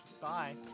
Bye